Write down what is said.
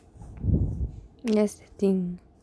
that's the thing